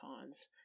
cons